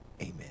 amen